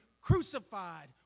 crucified